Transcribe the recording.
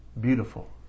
beautiful